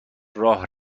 راه